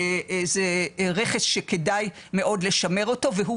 שזה רכש שכדאי מאוד לשמר אותו והוא